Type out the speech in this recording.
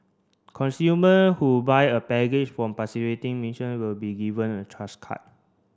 consumer who buy a package from participating merchant will be given a Trust card